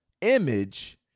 Image